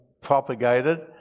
propagated